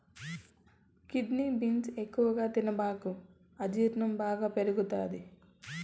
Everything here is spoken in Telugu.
కిడ్నీ బీన్స్ ఎక్కువగా తినబాకు అజీర్ణం బాగా పెరుగుతది